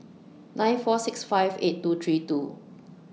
nine four six five eight two three two